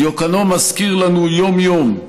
דיוקנו מזכיר לנו יום-יום,